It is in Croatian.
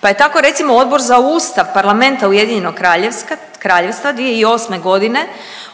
pa je tako recimo Odbor za ustav parlamenta Ujedinjenog Kraljevstva 2008.g.